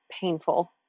painful